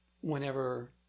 whenever